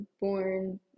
born